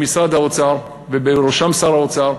במשרד האוצר ובראשו שר האוצר,